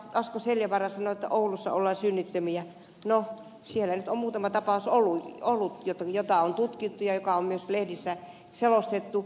asko seljavaara sanoi että oulussa ollaan synnittömiä no siellä nyt on muutama tapaus ollut joita on tutkittu ja jotka on myös lehdissä selostettu